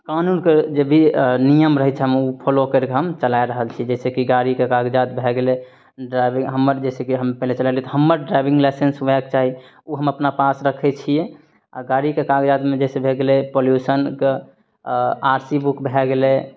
कानूनके जे भी नियम रहै छै हम ओ फॉलो कैरकऽ हम चला रहल छी जैसे की गाड़ीके कागजात भए गेलै ड्राइभिंग हमर जैसे की हम पहिले चलै रहलियै तऽ हमर ड्राविंग लाइसेंस होबाक चाही ओ हम अपना पास रखै छियै आ गाड़ीके कागजादमे जैसे भए गेलै पॉल्युसन कऽ आ आर सी बुक भए गेलै